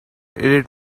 edit